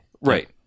right